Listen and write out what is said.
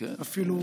אפילו,